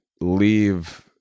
leave